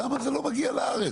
אז למה זה לא מגיע לארץ?